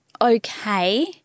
okay